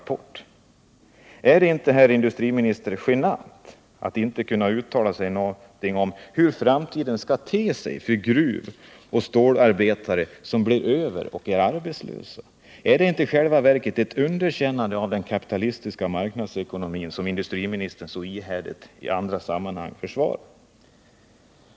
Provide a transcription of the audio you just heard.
Är det inte genant, herr industriminister, att inte alls kunna uttala sig om hur framtiden kommer att te sig för de gruvoch stålarbetare som blir arbetslösa? Är det inte i själva verket ett underkännande av den kapitalistiska marknadsekonomin, som industriministern så ihärdigt i andra sammanhang försvarar?